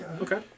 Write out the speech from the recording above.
Okay